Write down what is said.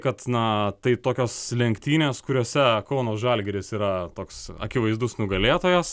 kad na tai tokios lenktynės kuriose kauno žalgiris yra toks akivaizdus nugalėtojas